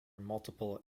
multiple